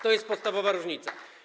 To jest podstawowa różnica.